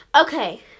Okay